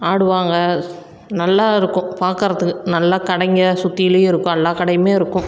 ஆடுவாங்க நல்லா இருக்கும் பார்க்கறதுக்கு நல்லா கடைங்க சுற்றிலியும் இருக்கும் எல்லா கடையுமே இருக்கும்